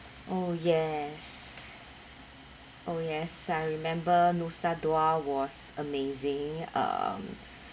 oh yes oh yes I remember nusa dua was amazing um